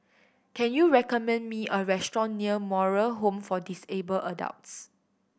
can you recommend me a restaurant near Moral Home for Disabled Adults